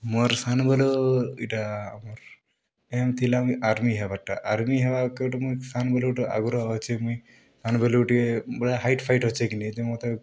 ମୋର୍ ସାନ୍ ବେଲୁ ଇ'ଟା ମୋର୍ ଏମ୍ ଥିଲା ମୁଇଁ ଆର୍ମି ହେବାର୍ଟା ଆର୍ମି ହେବାକେ ମୁଇଁ ସାନ୍ ବେଲୁ ଗୁଟେ ଆଗ୍ରହ ଅଛେ ମୁଇଁ ସାନ୍ ବେଲୁ ଗୁଟେ ବଢ଼ିଆ ହାଇଟ୍ ଫାଇଟ୍ ଅଛେ କି ନି ତ ମତେ